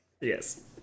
Yes